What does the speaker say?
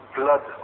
blood